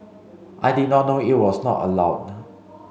I did not know it was not allowed